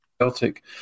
Celtic